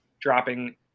dropping